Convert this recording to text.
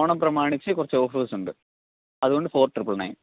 ഓണം പ്രമാണിച്ച് കുറച്ച് ഓഫേഴ്സ്ഡ് അതുകൊണ്ട് ഫോർ ത്രിപ്പിൾ നെയൺ